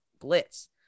blitz